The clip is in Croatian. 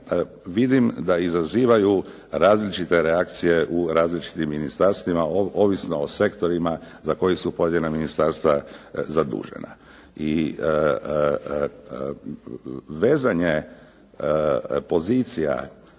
vidim da izazivaju različite reakcije u različitim ministarstvima, ovisno o sektorima za koje su pojedina ministarstva zadužena. Vezanje pozicija